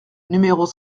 numéros